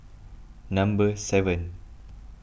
number seven